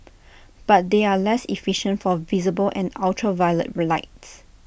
but they are less efficient for visible and ultraviolet relights